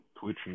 Twitch